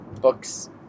books